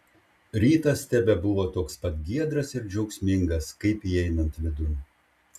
rytas tebebuvo toks pat giedras ir džiaugsmingas kaip įeinant vidun